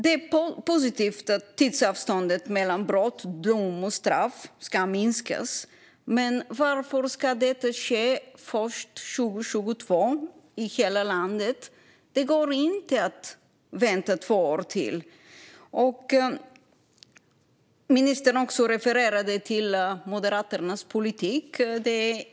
Det är positivt att tidsavståndet mellan brott, dom och straff ska minskas, men varför ska detta ske först 2022 i hela landet? Det går inte att vänta två år till. Ministern refererade också till Moderaternas politik.